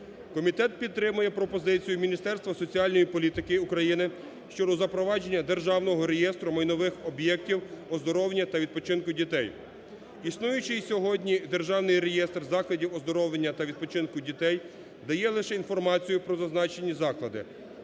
Комітет підтримує пропозицію Міністерства соціальної політики України щодо запровадження Державного реєстру майнових об'єктів оздоровлення та відпочинку дітей. Існуючий сьогодні Державний реєстр закладів оздоровлення та відпочинку дітей дає лише інформацію про зазначені заклади,